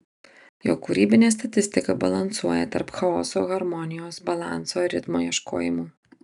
jo kūrybinė stilistika balansuoja tarp chaoso harmonijos balanso ir ritmo ieškojimų